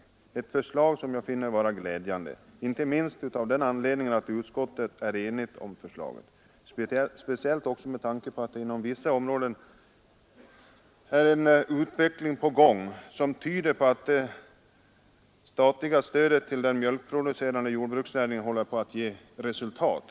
Det är ett förslag som jag finner vara glädjande, inte minst av den anledningen att utskottet är enigt om förslaget och speciellt med tanke på att det inom vissa områden är en utveckling på gång som tyder på att det statliga stödet till den mjölkproducerande jordbruksnäringen håller på att ge resultat.